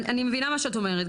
אני מבינה מה את אומרת,